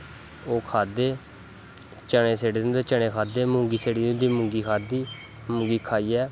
ओह् खाद्दे चनें स्हेड़े दे होंदे चनें खाद्दे मुंगी स्हेडी दी होंदी मुंगी खाद्दी मुंगी खाईयै